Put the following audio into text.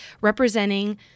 representing